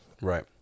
Right